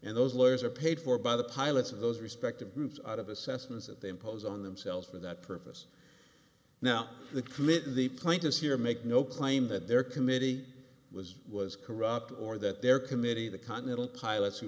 and those lawyers are paid for by the pilots of those respective groups out of assessments that they impose on themselves for that purpose now the committed the plaintiffs here make no claim that their committee was was corrupt or that their committee the continental pilots who